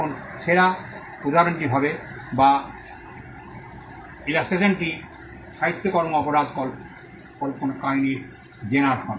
এখন সেরা উদাহরণটি হবে বা 1 ইলাস্ট্রেশন টি সাহিত্যকর্ম অপরাধ কল্পকাহিনীর জেনার হবে